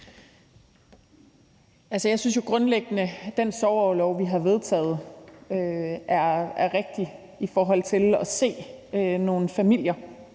Jeg synes grundlæggende, at den sorgorlov, vi har vedtaget, er rigtig i forhold til nogle familier